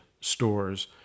stores